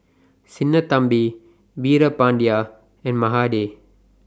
Sinnathamby Veerapandiya and Mahade